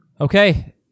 Okay